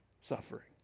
suffering